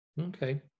Okay